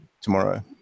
tomorrow